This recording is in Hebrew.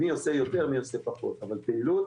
מי עושה יותר ומי עושה פחות אבל פעילות